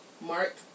mark